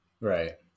Right